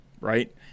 right